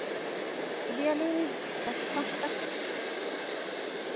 ᱤᱫᱤᱭᱟᱞᱤᱧ ᱪᱟᱨᱴᱟ ᱯᱟᱸᱪᱴᱟ ᱥᱮᱫ